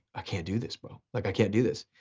i can't do this bro, like i can't do this.